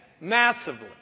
Massively